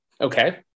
Okay